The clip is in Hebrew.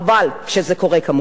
שזה קורה כמובן,